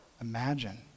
Imagine